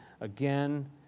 again